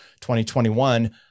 2021